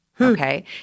Okay